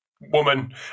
woman